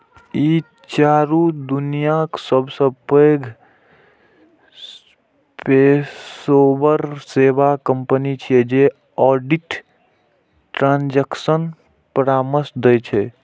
ई चारू दुनियाक सबसं पैघ पेशेवर सेवा कंपनी छियै जे ऑडिट, ट्रांजेक्शन परामर्श दै छै